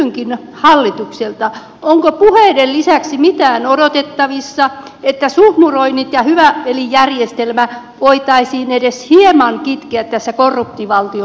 kysynkin hallitukselta onko puheiden lisäksi odotettavissa mitään jotta suhmurointia ja hyvä veli järjestelmää voitaisiin edes hieman kitkeä korruptiovaltio suomessa